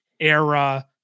era